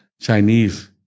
Chinese